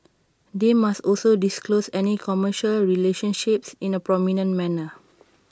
they must also disclose any commercial relationships in A prominent manner